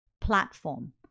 platform